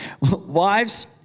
Wives